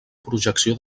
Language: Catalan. projecció